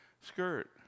skirt